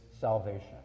salvation